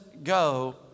go